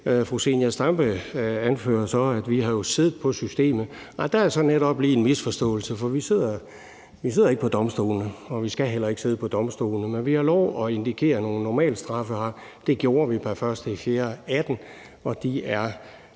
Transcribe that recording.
Fru Zenia Stampe anfører så, at vi jo har siddet på systemet. Men nej, der er så netop lige tale om en misforståelse, for vi sidder ikke på domstolene, og vi skal heller ikke sidde på domstolene. Vi har lov at indikere nogle normalstraffe her, og det gjorde vi pr. 1. april 2018.